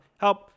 help